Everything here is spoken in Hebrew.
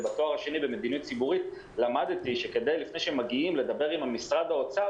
ובתואר השני במדיניות ציבורית למדתי שלפני שמגיעים לדבר עם משרד האוצר